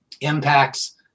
impacts